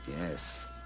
Yes